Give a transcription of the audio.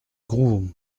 groom